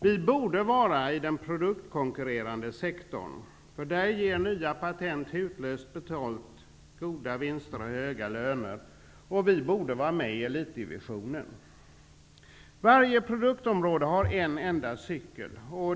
Vi borde vara i den produktkonkurrerande sektorn. Där ger nya patent hutlöst betalt, goda vinster och höga löner. Vi borde vara med i elitdivisionen. Varje produktområde har en enda cykel.